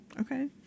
Okay